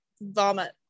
vomit